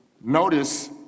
Notice